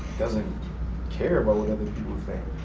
doesn't care about what other people think.